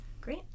Great